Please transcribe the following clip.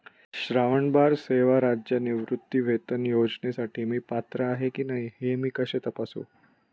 श्रावणबाळ सेवा राज्य निवृत्तीवेतन योजनेसाठी मी पात्र आहे की नाही हे मी कसे तपासू?